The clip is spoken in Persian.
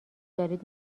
دارید